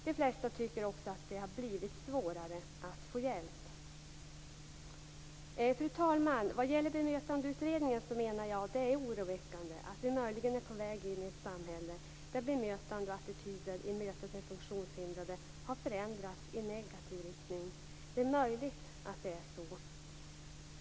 De flesta tycker också att det har blivit svårare att få hjälp. Fru talman! Vad gäller Bemötandeutredningen menar jag att det är oroväckande att vi möjligen är på väg in i ett samhälle där bemötande av och attityder till funktionshindrade har förändrats i negativ riktning.